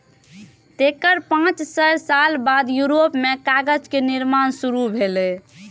तेकर पांच सय साल बाद यूरोप मे कागज के निर्माण शुरू भेलै